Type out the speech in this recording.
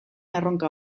erronka